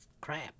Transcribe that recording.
crap